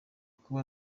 kuba